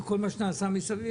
וכל מה שנעשה מסביב,